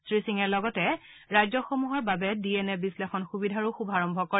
শ্ৰীসিঙে লগতে ৰাজ্যসমূহৰ বাবে ডি এন এ বিশ্লেষণ সুবিধাৰো শুভাৰম্ভ কৰে